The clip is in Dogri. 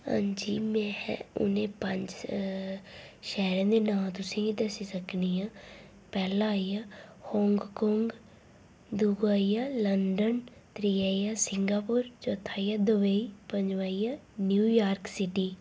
हां जी में उनें पंज शैहरें दे नाम तुसेंगी दस्सी सकनी आं पैहला आई गेआ होंगकोंग दूआ आई गेआ लंदन त्रीआ आई गेआ सिंगापुर चौथा आई गेआ दुबई पंजमा आई गेआ न्यू यॉर्क सिटी